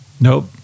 Nope